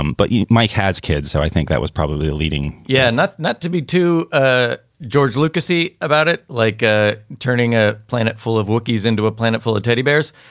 um but yeah mike has kids, so i think that was probably leading yeah, not not to be too. ah george lucas see about it like ah turning a planet full of wookies into a planet full of teddy bears.